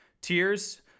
Tears